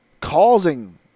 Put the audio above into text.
causing